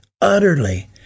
utterly